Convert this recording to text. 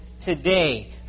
today